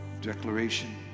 declaration